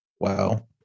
wow